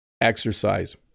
Exercise